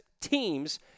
teams